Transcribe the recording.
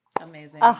Amazing